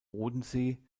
bodensee